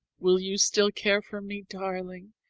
will you still care for me, darling,